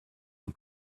who